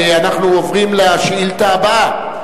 אנחנו עוברים לשאילתא הבאה,